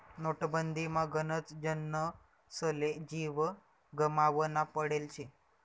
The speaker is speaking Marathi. नोटबंदीमा गनच जनसले जीव गमावना पडेल शे